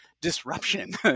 disruption